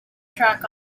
track